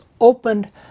opened